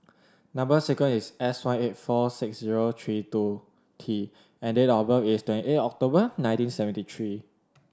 number sequence is S one eight four six zero three two T and date of birth is twenty eight October nineteen seventy three